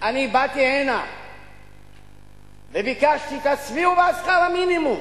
אני באתי הנה וביקשתי: תצביעו בעד שכר המינימום.